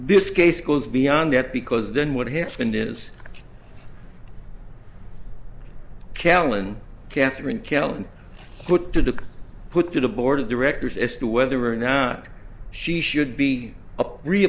this case goes beyond that because then what happened is callan katherine kellen put to put to the board of directors as to whether or not she should be a re